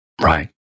right